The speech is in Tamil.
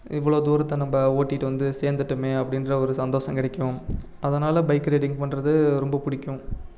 இவ்வளோ தூரத்தை நம்ம ஓட்டிகிட்டு வந்து சேர்ந்துட்டோமே அப்படின்ற ஒரு சந்தோசம் கிடைக்கும் அதனால பைக் ரைடிங் பண்ணுறது ரொம்ப பிடிக்கும்